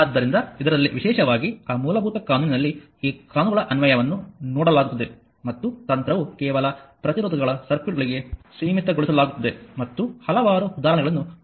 ಆದ್ದರಿಂದ ಇದರಲ್ಲಿ ವಿಶೇಷವಾಗಿ ಆ ಮೂಲಭೂತ ಕಾನೂನಿನಲ್ಲಿ ಈ ಕಾನೂನುಗಳ ಅನ್ವಯವನ್ನು ನೋಡಲಾಗುತ್ತದೆ ಮತ್ತು ತಂತ್ರವು ಕೇವಲ ಪ್ರತಿರೋಧಕಗಳ ಸರ್ಕ್ಯೂಟ್ಗೆ ಸೀಮಿತಗೊಳಿಸಲಾಗುತ್ತದೆ ಮತ್ತು ಹಲವಾರು ಉದಾಹರಣೆಗಳನ್ನು ಪ್ರಸ್ತುತಪಡಿಸುತ್ತದೆ